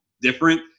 different